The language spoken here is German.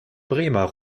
bremer